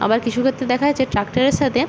আবার কিছু ক্ষেত্রে দেখা যাচ্ছে ট্র্যাক্টরের সাথে